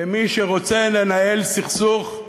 למי שרוצה לנהל סכסוך,